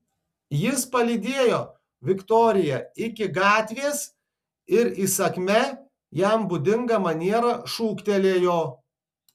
jis palydėjo viktoriją iki gatvės ir įsakmia jam būdinga maniera šūktelėjo